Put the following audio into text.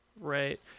right